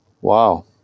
Wow